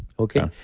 okay.